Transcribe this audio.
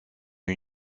une